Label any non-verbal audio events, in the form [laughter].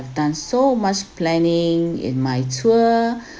I have done so much planning in my tour [breath]